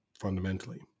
fundamentally